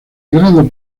grado